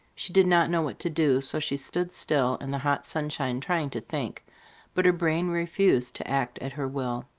she did not know what to do, so she stood still in the hot sunshine, trying to think but her brain refused to act at her will.